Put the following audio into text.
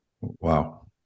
wow